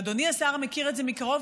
ואדוני השר מכיר את זה מקרוב,